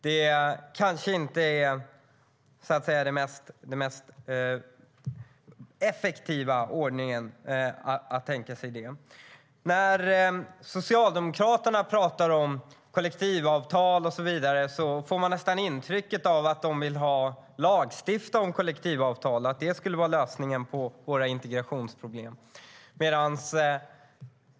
Det kanske inte är den mest effektiva ordningen att tänka sig det. När Socialdemokraterna talar om kollektivavtal och så vidare får man nästan intrycket av att de vill lagstifta om kollektivavtal och att det skulle vara lösningen på våra integrationsproblem.